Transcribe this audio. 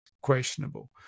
questionable